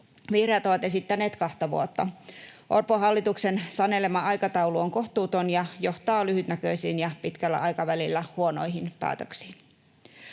Vihreät ovat esittäneet kahta vuotta. Orpon hallituksen sanelema aikataulu on kohtuuton ja johtaa lyhytnäköisiin ja pitkällä aikavälillä huonoihin päätöksiin.